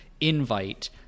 invite